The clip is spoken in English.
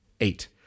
Eight